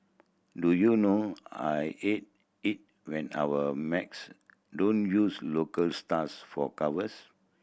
do you know I hate it when our mags don't use local stars for covers